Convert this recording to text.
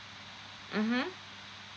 mmhmm